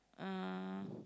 uh